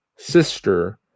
sister